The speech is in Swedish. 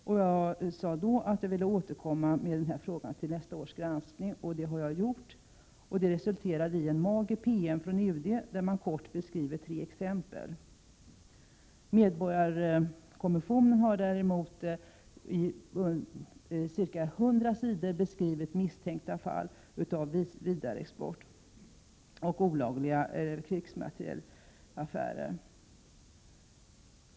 Jag framhöll då att jag ville återkomma med frågan till nästa års granskning, och det gjorde jag. Resultatet blev en mager PM från UD, där man kort beskrev tre exempel. Medborgarkommissionen har däremot på ca 100 sidor beskrivit misstänkta fall av vidareexport och olagliga krigsmaterielaffärer.